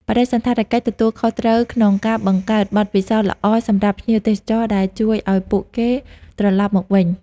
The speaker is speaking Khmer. បដិសណ្ឋារកិច្ចទទួលខុសត្រូវក្នុងការបង្កើតបទពិសោធន៍ល្អសម្រាប់ភ្ញៀវទេសចរដែលជួយឲ្យពួកគេត្រឡប់មកវិញ។